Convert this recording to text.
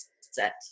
set